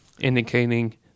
indicating